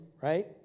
right